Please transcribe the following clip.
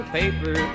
paper